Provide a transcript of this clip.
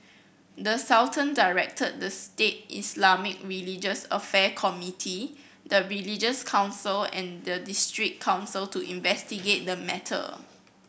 the Sultan directed the state Islamic religious affair committee the religious council and the district council to investigate the matter